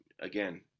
again